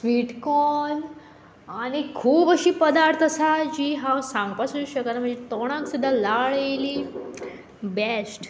sweetcorn आनी खूब अशी पदार्थ आसा जी हांव सांगपा सुद्दां शकना म्हणजे तोंडाक सुद्दां लाळ येयली बेस्ट